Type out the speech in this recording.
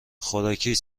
خوراکی